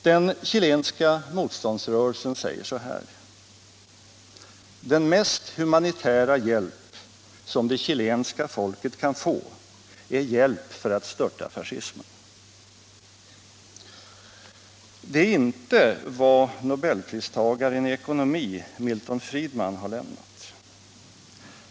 Den chilenska motståndsrörelsen säger: Den mest humanitära hjälp som det chilenska folket kan få är hjälp för att störta fascismen. Det är inte den hjälp nobelpristagaren i ekonomi Milton Friedman har lämnat.